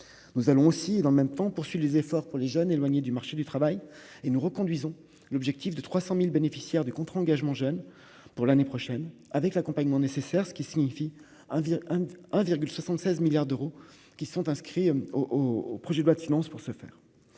nous allons aussi en même temps, poursuit les efforts pour les jeunes éloignés du marché du travail et nous reconduisons l'objectif de 300000 bénéficiaires du contrat engagement jeune pour l'année prochaine avec l'accompagnement nécessaire, ce qui signifie un hein 1,76 milliards d'euros qui sont inscrits au au projet de loi de finances pour se faire,